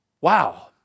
Wow